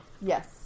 Yes